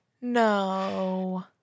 No